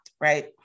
right